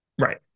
Right